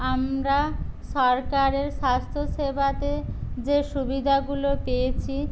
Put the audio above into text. আমরা সরকারের স্বাস্থ্যসেবাতে যে সুবিধাগুলো পেয়েছি